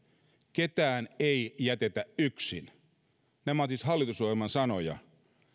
ketään ei jätetä yksin nämä ovat siis hallitusohjelman sanoja